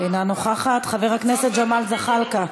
אינה נוכחת, חבר הכנסת ג'מאל זחאלקה,